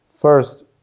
first